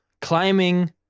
climbing